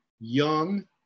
young